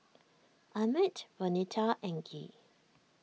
Emett Vonetta and Gee